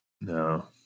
No